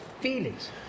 feelings